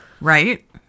Right